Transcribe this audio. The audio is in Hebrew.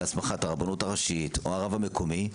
בהסמכת הרבנות הראשית או הרב המקומי,